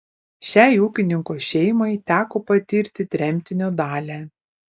šiai ūkininkų šeimai teko patirti tremtinio dalią